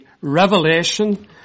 revelation